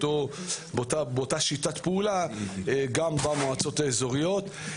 באותה שיטת פעולה גם במועצות האזוריות.